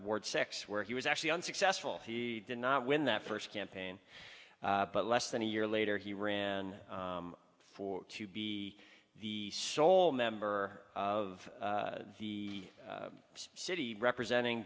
ward sex where he was actually unsuccessful he did not win that first campaign but less than a year later he ran for to be the sole member of the city representing